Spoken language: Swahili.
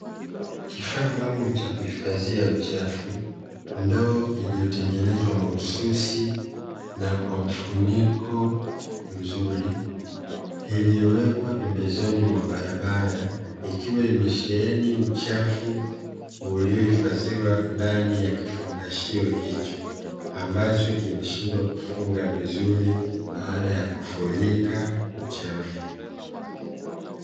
Kifaa maalum cha kuhifadhia uchafu, ndoo iliyotengenezwa mahususi na kwa mfuniko mzuri. Iliyowekwa pembezoni mwa barabara ikiwa imesheheni uchafu uliohifadhiwa ndani ya kifungashio hicho ambacho kimeshindwa kufunga vizuri baada ya kufurika uchafu.